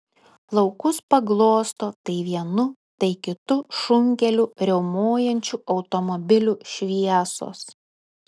laukus paglosto tai vienu tai kitu šunkeliu riaumojančių automobilių šviesos